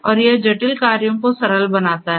और यह जटिल कार्यों को सरल बनाता है